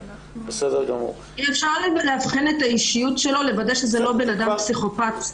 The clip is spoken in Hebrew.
אם אפשר לאבחן את האישיות שלו כדי לוודא שזה לא אדם פסיכופת.